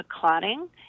clotting